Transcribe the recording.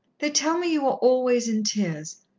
they tell me you are always in tears.